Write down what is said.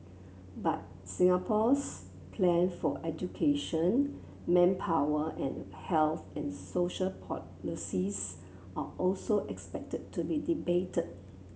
but Singapore's plan for education manpower and health and social policies are also expected to be debated